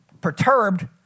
perturbed